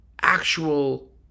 actual